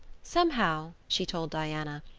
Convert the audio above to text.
somehow, she told diana,